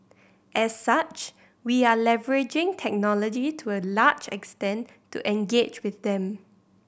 as such we are leveraging technology to a large extent to engage with them